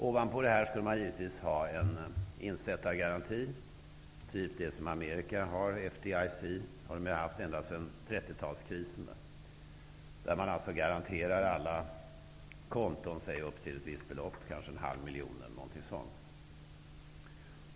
Ovanpå det skulle man givetvis ha en insättargaranti, av den typ som man har haft i Amerika sedan 30-talskrisen, dvs. FDIC. Där garanterar man alla konton upp till ett visst belopp, kanske en halv miljon.